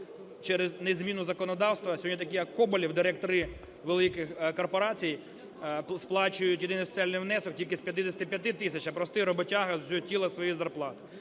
Через незміну законодавства сьогодні такі, як Коболєв, директори великих корпорацій, сплачують єдиний соціальний внесок тільки з 55 тисяч, а простий роботяга – з тіла своєї зарплати.